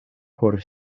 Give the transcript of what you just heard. por